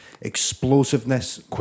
explosiveness